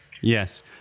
Yes